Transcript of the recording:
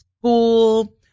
school